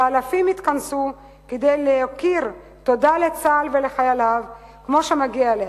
שאלפים יתכנסו כדי להכיר תודה לצה"ל ולחייליו כמו שמגיע להם.